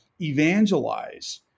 evangelize